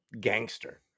gangster